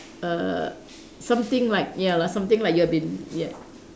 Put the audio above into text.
err something like ya lah something like you have been yeah